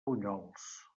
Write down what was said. bunyols